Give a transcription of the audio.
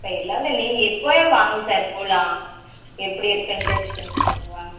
sir எல்லாரும் வெ நீங்கள் இப்போவே வாங்க சார் போகலாம் எப்படி இருக்குன்னு டேஸ்ட் பண்ணி பாருங்கள் வாங்க